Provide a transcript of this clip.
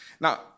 Now